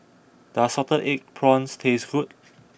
does Salted Egg Prawns taste good